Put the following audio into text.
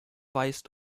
weist